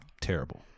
terrible